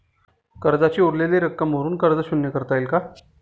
कर्जाची उरलेली रक्कम भरून कर्ज शून्य करता येईल का?